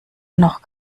noch